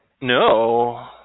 No